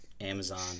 Amazon